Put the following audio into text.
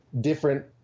different